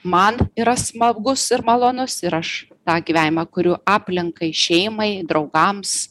man yra smagus ir malonus ir aš tą gyvenimą kuriu aplinkai šeimai draugams